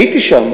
הייתי שם,